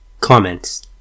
Comments